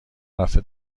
رفته